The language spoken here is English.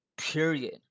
period